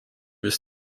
his